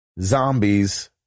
zombies